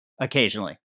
Occasionally